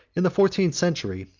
in the fourteenth century,